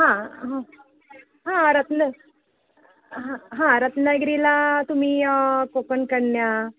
हां हां रत्न हां हां रत्नागिरीला तुम्ही कोकणकन्या